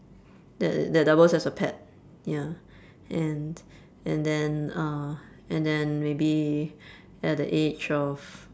that that doubles as a pet ya and and then uh and then maybe at the age of